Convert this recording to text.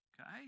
Okay